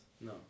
No